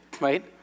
Right